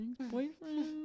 boyfriend